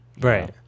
right